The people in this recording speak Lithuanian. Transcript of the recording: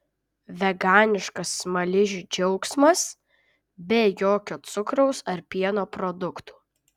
veganiškas smaližių džiaugsmas be jokio cukraus ar pieno produktų